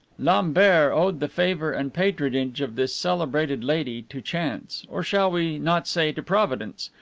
lambert owed the favor and patronage of this celebrated lady to chance, or shall we not say to providence,